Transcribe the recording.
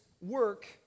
work